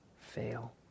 fail